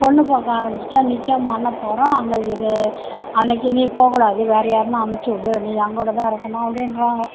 பொண்ணு பார்க்க ஆரம்மிச்சா நிச்சயம் பண்ணப்போகிறோம் அங்கே இது அன்னைக்கு நீ போககூடாது வேற யாருன்னா அனுச்சிவுடு நீ எங்கூடாதான் இருக்கணும் அப்டின்கிறாங்க